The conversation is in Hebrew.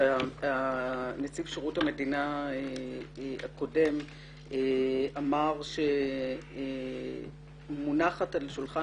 שנציב שירות המדינה הקודם אמר שמונחת על שולחן